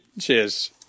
Cheers